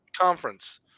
Conference